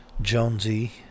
Jonesy